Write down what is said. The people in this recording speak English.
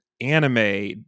anime